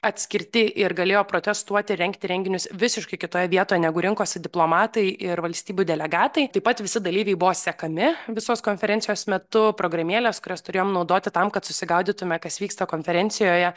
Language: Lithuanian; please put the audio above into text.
atskirti ir galėjo protestuoti rengti renginius visiškai kitoj vietoj negu rinkosi diplomatai ir valstybių delegatai taip pat visi dalyviai buvo sekami visos konferencijos metu programėlės kurias turėjom naudoti tam kad susigaudytume kas vyksta konferencijoje